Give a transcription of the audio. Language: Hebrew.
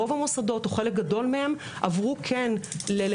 רוב המוסדות או חלק גדול מהם עברו כן ללמידה